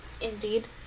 Indeed